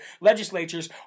legislatures